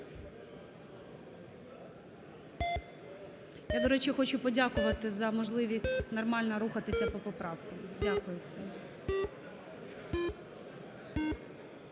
Я, до речі, хочу подякувати за можливість нормально рухатися по поправкам. Дякую всім.